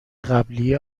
قبلی